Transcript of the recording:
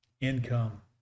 Income